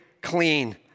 clean